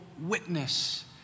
witness